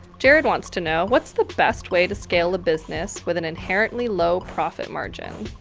jared wants to know, what's the best way to scale a business with an inherently low profit margin?